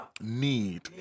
need